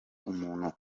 umuntu